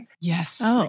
Yes